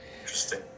Interesting